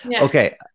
Okay